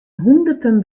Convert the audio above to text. hûnderten